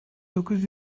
dokuz